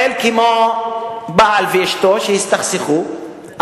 אני אישית חושב שמדובר בבועה.